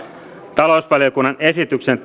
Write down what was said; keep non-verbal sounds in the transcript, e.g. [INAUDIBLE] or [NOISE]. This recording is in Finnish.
talousvaliokunnan esityksen [UNINTELLIGIBLE]